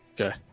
Okay